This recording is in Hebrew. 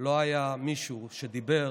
לא היה מישהו שדיבר